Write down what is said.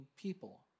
people